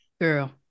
Girl